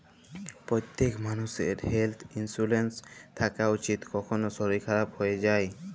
প্যত্তেক মালুষের health insurance থ্যাকা উচিত, কখল শরীর খারাপ হয়ে যায়